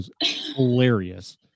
hilarious